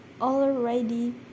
already